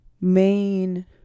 main